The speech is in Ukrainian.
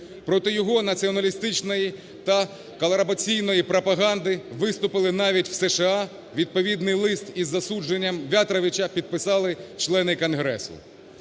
Проти його націоналістичної та колабораційної пропаганди виступили навіть в США, відповідний лист із засудженням В'ятровича підписали члени Конгресу.